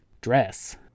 dress